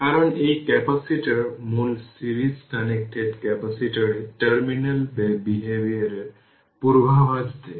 কারণ এই ক্যাপাসিটর মূল সিরিজ কানেক্টেড ক্যাপাসিটরের টার্মিনাল বিহেভিয়ার এর পূর্বাভাস দেয়